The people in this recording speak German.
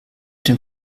den